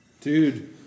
Dude